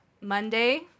Monday